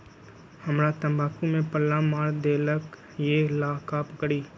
हमरा तंबाकू में पल्ला मार देलक ये ला का करी?